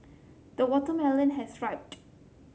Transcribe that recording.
the watermelon has ripened